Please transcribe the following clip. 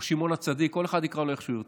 או שמעון הצדיק, כל אחד יקרא לו איך שהוא ירצה,